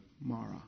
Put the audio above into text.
Mara